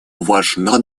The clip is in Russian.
важна